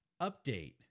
Update